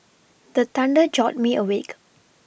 the thunder jolt me awake